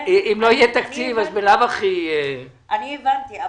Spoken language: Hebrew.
אם לא יהיה תקציב אז בלאו הכי --- אני הבנתי.